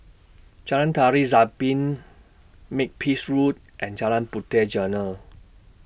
Jalan Tari Zapin Makepeace Road and Jalan Puteh Jerneh